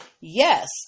yes